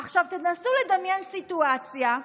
עכשיו, תנסו לדמיין סיטואציה,